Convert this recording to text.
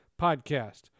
podcast